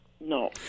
No